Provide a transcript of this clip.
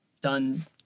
done